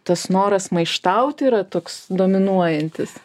tas noras maištauti yra toks dominuojantis